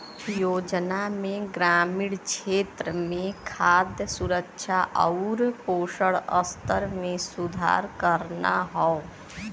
योजना में ग्रामीण क्षेत्र में खाद्य सुरक्षा आउर पोषण स्तर में सुधार करना हौ